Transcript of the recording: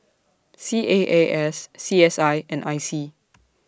C A A S C S I and I C